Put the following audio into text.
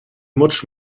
much